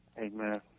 Amen